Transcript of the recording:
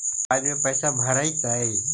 Mobile में पैसा भरैतैय?